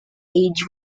age